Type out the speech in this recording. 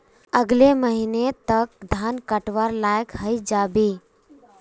अगले महीने तक धान कटवार लायक हई जा बे